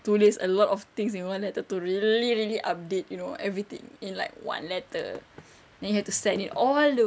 tulis a lot of things you wanted to to really really update you know everything in like one letter then you have to send it all the way